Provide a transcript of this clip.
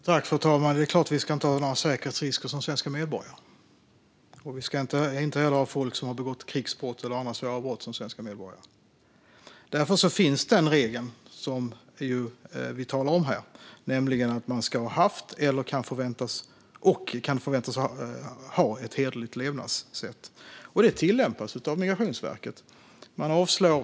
Fru talman! Det är klart att vi inte ska ha några säkerhetsrisker som svenska medborgare. Folk som har begått krigsbrott eller andra sådana brott ska vi inte heller ha som svenska medborgare. Därför finns den regel som vi talar om här, nämligen att man ska ha haft och kunna förväntas komma att ha ett hederligt levnadssätt. Den regeln tillämpas av Migrationsverket.